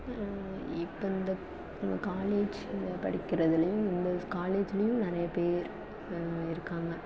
இப்போ இந்த காலேஜ் இந்த படிக்கிறதுலேயும் இந்த காலேஜிலேயும் நிறைய பேர் இருக்காங்க